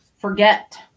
forget